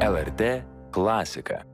lrt klasika